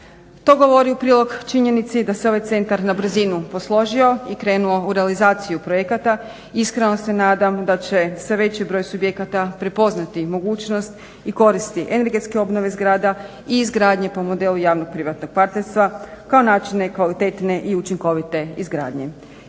To govori u prilog činjenici da se ovaj centar na brzinu posložio i krenuo u realizaciju projekata. Iskreno se nadam da će se veći broj subjekata prepoznati mogućnost i koristi energetske obnove zgrada i izgradnje po modelu javno privatnog partnerstva kao načine kvalitetne i učinkovite izgradnje.